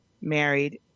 married